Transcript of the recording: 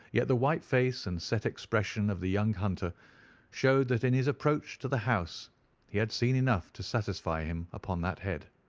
yet the white face and set expression of the young hunter showed that in his approach to the house he had seen enough to satisfy him upon that head.